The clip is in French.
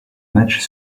matchs